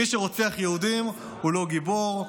מי שרוצח יהודים הוא לא גיבור.